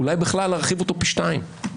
אולי בכלל להרחיבו פי שניים.